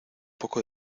poco